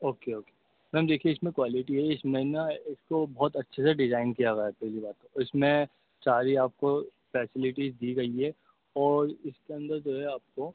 okay okay ma'am دیکھیے اس میں کوالٹی ہے اس میں نا اس کو بہت اچھے سے ڈیزائن کیا گیا ہے پہلی بات تو اس میں چاری آپ کو فیسلٹیز دی گئی ہے اور اس کے اندر جو ہے آپ کو